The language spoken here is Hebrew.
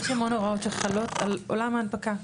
יש המון הוראות על עולם ההנפקה,